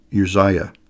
Uzziah